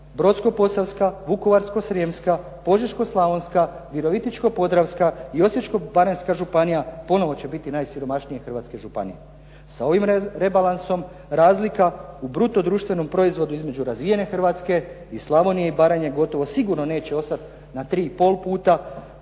Brodsko-posavska, Vukovarsko-srijemska, Požeško-slavonska, Virovitičko-podravska i Osječko-baranjska županije ponovo će biti najsiromašnije hrvatske županije. Sa ovim rebalansom razlika u bruto društvenom proizvodu između razvijene Hrvatske i Slavonije i Baranje gotovo sigurno neće ostati na tri i pol puta